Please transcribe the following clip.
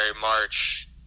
March